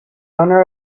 owner